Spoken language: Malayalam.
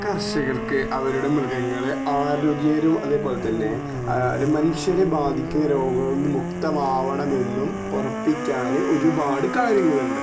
കർഷകർക്ക് അവരുടെ മൃഗങ്ങളെ ആരോഗ്യകരം അതേപോലെ തന്നെ അത് മനുഷ്യരെ ബാധിക്കുന്ന രോഗങ്ങളിൽ നിന്ന് മുക്തമാവണമെന്നും ഉറപ്പിക്കാൻ ഒരുപാട് കാര്യങ്ങളുണ്ട്